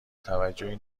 توجیهی